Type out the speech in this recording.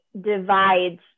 divides